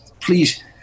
please